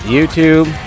YouTube